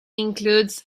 includes